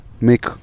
make